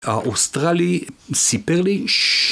האוסטרלי, סיפר לי ש...